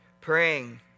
praying